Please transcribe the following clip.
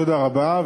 תודה רבה.